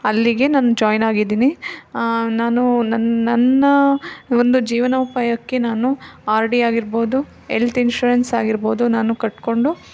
ಅಲ್ಲಿಗೆ ನನ್ನ ಜಾಯಿನ್ ಆಗಿದ್ದೀನಿ ನಾನು ನನ್ನ ನನ್ನ ಒಂದು ಜೀವನೋಪಾಯಕ್ಕೆ ನಾನು ಆರ್ ಡಿ ಆಗಿರ್ಬೋದು ಎಲ್ತ್ ಇನ್ಷುರೆನ್ಸ್ ಆಗಿರ್ಬೋದು ನಾನು ಕಟ್ಟಿಕೊಂಡು